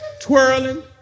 twirling